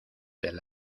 del